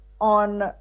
on